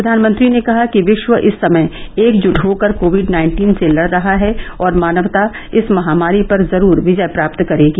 प्रधानमंत्री ने कहा कि विश्व इस समय एकजुट होकर कोविड नाइन्टीन से लड़ रहा है और मानवता इस महामारी पर जरूर विजय प्राप्त करेगी